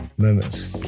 Moments